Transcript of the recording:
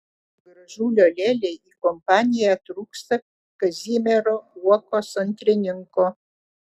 gražulio lėlei į kompaniją trūksta kazimiero uokos antrininko